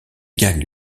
gagne